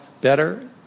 better